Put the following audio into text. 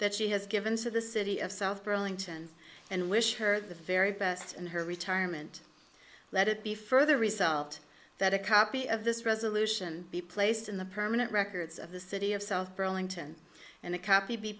that she has given to the city of south burlington and wish her the very best in her retirement let it be further resolved that a copy of this resolution be placed in the permanent records of the city of south burlington and a copy be